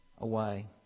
away